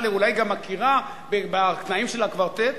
אולי היא גם מכירה בתנאים של הקוורטט,